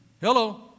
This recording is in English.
Hello